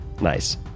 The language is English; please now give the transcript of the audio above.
Nice